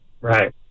Right